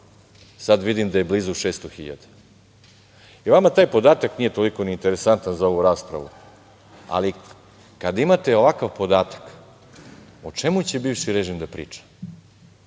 Sada vidim da je blizu 600 hiljada. Vama taj podatak nije toliko ni interesantan za ovu raspravu, ali kada imate ovakav podatak, o čemu će bivši režim da priča?